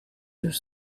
should